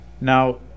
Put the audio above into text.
Now